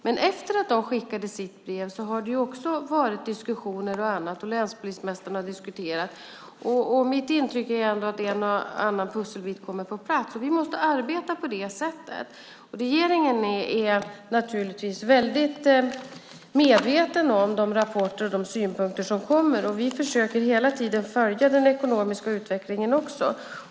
Men efter det att de skickade sitt brev har det också varit diskussioner och annat, och länspolismästarna har diskuterat. Det är mitt intryck att en och annan pusselbit kommer på plats. Vi måste arbeta på det sättet. Regeringen är naturligtvis väldigt medveten om de rapporter och de synpunkter som kommer. Vi försöker hela tiden följa den ekonomiska utvecklingen också.